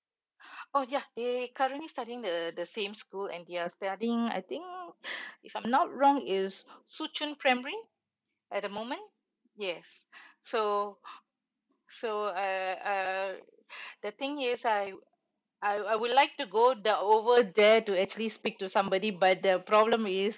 oh ya they currently study in the the same school and they're studying I think if I'm not wrong it's shu chun primary at the moment yes so so uh uh the thing is I I I would like to go the over there to actually speak to somebody but the problem is